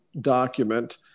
document